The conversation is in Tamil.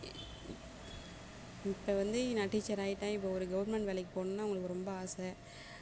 இப்போ வந்து நான் டீச்சராகிட்டேன் இப்போ ஒரு கவர்மெண்ட் வேலைக்கு போகணுன்னு அவர்களுக்கு ரொம்ப ஆசை